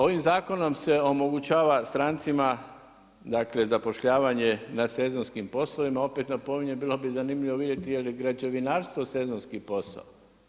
Ovim zakonom se omogućava strancima zapošljavanje na sezonskim poslovima, opet napominjem bilo bi zanimljivo vidjeti je li građevinarstvo sezonski posao.